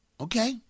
Okay